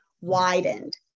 widened